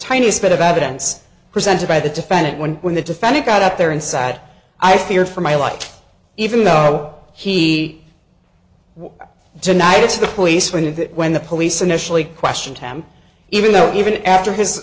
tiniest bit of evidence presented by the defendant when when the defendant got up there inside i fear for my life even though he denied it's the police we knew that when the police initially questioned him even though even after his